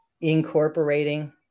incorporating